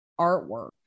artwork